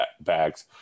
bags